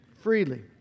freely